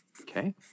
Okay